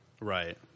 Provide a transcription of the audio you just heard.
Right